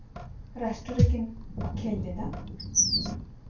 ᱨᱟᱥᱴᱨᱚ ᱨᱮᱠᱤᱱ ᱠᱷᱮᱞ ᱞᱮᱫᱟ